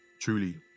truly